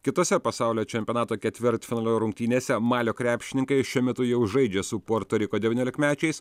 kitose pasaulio čempionato ketvirtfinalio rungtynėse malio krepšininkai šiuo metu jau žaidžia su puerto riko devyniolikmečiais